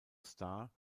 starr